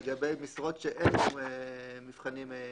לגבי משרות שאין מבחנים ,